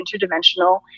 interdimensional